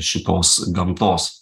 šitos gamtos